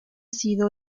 sido